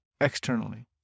externally